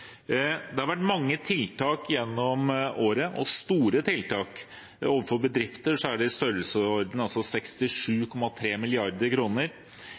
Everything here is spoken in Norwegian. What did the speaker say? Det har vært mange tiltak gjennom året – og store tiltak. Overfor bedrifter har det vært i størrelsesorden 67,3